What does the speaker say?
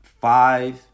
five